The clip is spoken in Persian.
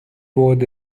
بُعد